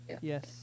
Yes